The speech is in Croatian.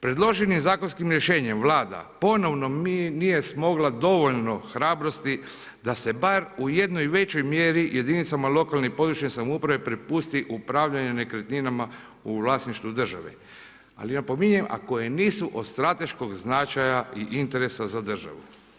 Predloženim zakonskim rješenjem Vlada ponovno nije smogla dovoljno hrabrosti da se bar u jednoj većoj mjeri jedinicama lokalne i područne samouprave prepusti upravljanje nekretninama u vlasništvu države, ali napominjem, a koje nisu od strateškog značaja i interesa za državu.